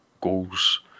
goals